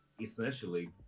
essentially